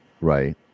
right